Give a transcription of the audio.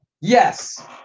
Yes